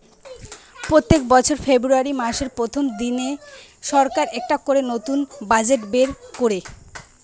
পোত্তেক বছর ফেব্রুয়ারী মাসের প্রথম দিনে সরকার একটা করে নতুন বাজেট বের কোরে